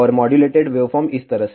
और modulated waveform इस तरह है